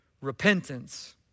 repentance